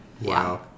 Wow